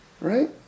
Right